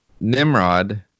Nimrod